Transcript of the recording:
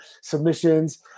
submissions